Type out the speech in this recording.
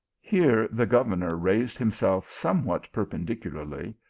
here the governor raised himself somewhat per pendicularly,